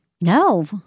No